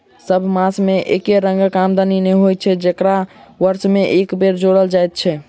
सभ मास मे एके रंगक आमदनी नै होइत छै जकरा वर्ष मे एक बेर जोड़ल जाइत छै